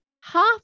half